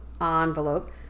envelope